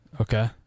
Okay